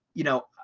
you know,